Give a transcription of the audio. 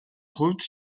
хувьд